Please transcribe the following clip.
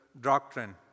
doctrine